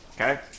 Okay